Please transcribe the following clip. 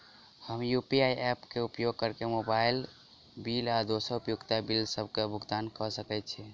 हम UPI app क उपयोग करके मोबाइल बिल आ दोसर उपयोगिता बिलसबक भुगतान कर सकइत छि